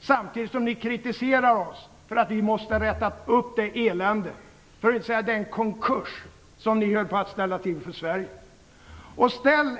samtidigt som ni kritiserar oss för att vi måste komma till rätta med det elände - för att inte säga den konkurs - som ni höll på att ställa till för Sverige.